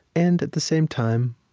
and at the same time,